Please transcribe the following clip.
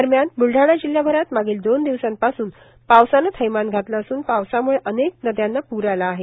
दरम्यान ब्लडाणा जिल्हाभरात मागील दोन दिवसांपासून पावसाने थैमान घातले असून पावसाम्ळे अनेक नद्यांना पूर आला आहे